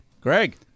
Greg